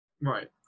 Right